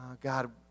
God